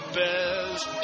best